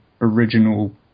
original